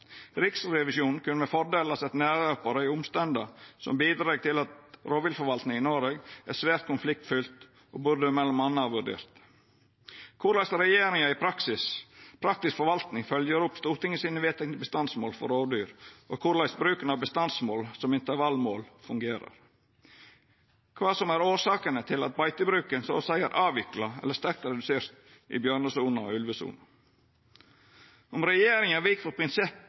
Riksrevisjonen kunne med fordel ha sett nærare på dei omstenda som bidreg til at rovviltforvaltninga i Noreg er svært konfliktfylt, og burde m.a. vurdert: korleis regjeringa i praktisk forvaltning følgjer opp Stortinget sine vedtekne bestandsmål for rovdyr, og korleis bruken av bestandsmål som intervallmål fungerer kva som er årsakene til at beitebruken så å seia er avvikla eller sterkt redusert i bjørnesona og ulvesona om regjeringa vik for